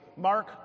Mark